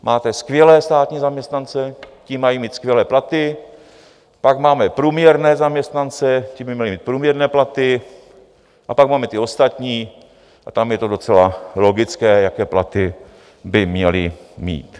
Máte skvělé státní zaměstnance, ti mají mít skvělé platy, pak máme průměrné zaměstnance, ti by měli mít průměrné platy, a pak máme ty ostatní a tam je to docela logické, jaké platy by měli mít.